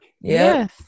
Yes